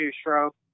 stroke